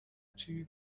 چیزی